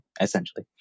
Essentially